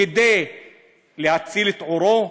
כדי להציל את עורו,